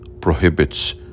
prohibits